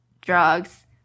drugs